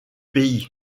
pays